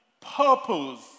purpose